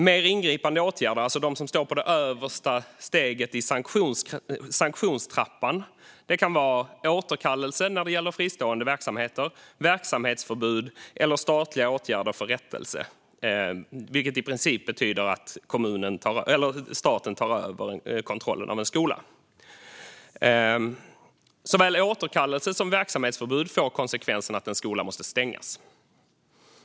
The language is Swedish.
Mer ingripande åtgärder, alltså de som står på det översta steget i sanktionstrappan, kan vara återkallelse när det gäller fristående verksamheter, verksamhetsförbud eller statliga åtgärder för rättelse, vilket i princip betyder att staten tar över kontrollen av en skola. Såväl återkallelse som verksamhetsförbud får konsekvensen att en skola måste stängas.